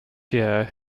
year